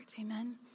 Amen